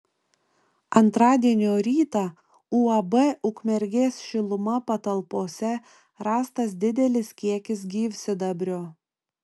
antradienio rytą uab ukmergės šiluma patalpose rastas didelis kiekis gyvsidabrio